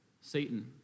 Satan